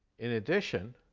in addition,